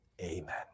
Amen